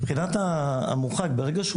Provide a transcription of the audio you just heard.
מבחינת המורחק, ברגע שהוא